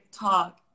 talk